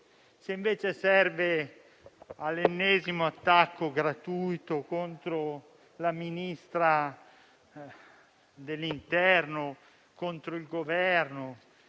Se invece serve all'ennesimo attacco gratuito contro la Ministra dell'interno, contro il Governo,